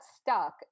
stuck